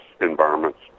environments